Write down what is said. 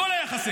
הכול היה חסר,